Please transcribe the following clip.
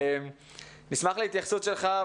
נשמח להתייחסות שלך.